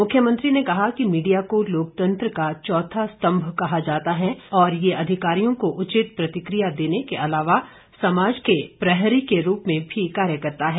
मुख्यमंत्री ने कहा कि मीडिया को लोकतंत्र का चौथा स्तम्भ कहा जाता है और ये अधिकारियों को उचित प्रतिक्रिया देने के अलावा समाज के प्रहरी के रूप में भी कार्य करता है